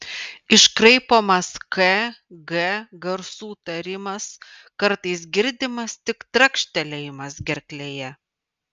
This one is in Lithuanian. iškraipomas k g garsų tarimas kartais girdimas tik trakštelėjimas gerklėje